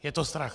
Je to strach.